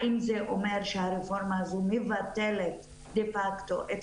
האם זה אומר שהרפורמה הזו מבטלת דה פקטו את